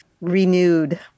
renewed